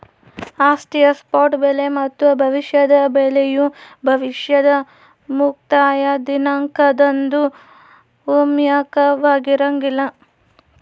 ಆಸ್ತಿಯ ಸ್ಪಾಟ್ ಬೆಲೆ ಮತ್ತು ಭವಿಷ್ಯದ ಬೆಲೆಯು ಭವಿಷ್ಯದ ಮುಕ್ತಾಯ ದಿನಾಂಕದಂದು ಒಮ್ಮುಖವಾಗಿರಂಗಿಲ್ಲ